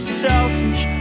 selfish